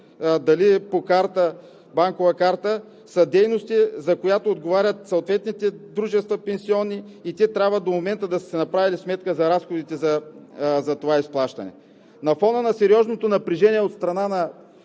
дали по банкова карта – са дейности, за които отговарят съответните пенсионни дружества. Те трябва до момента да са си направили сметка за разходите за това изплащане. На фона на сериозното напрежение от страна на